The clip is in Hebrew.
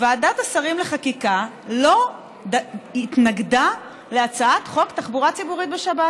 ועדת השרים לחקיקה לא התנגדה להצעת חוק תחבורה ציבורית בשבת.